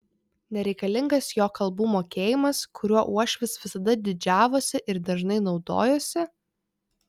nereikalingas jo kalbų mokėjimas kuriuo uošvis visada didžiavosi ir dažnai naudojosi